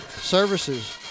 services